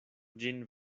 ĝin